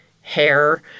hair